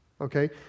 Okay